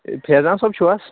A Faizan صٲب چھُوا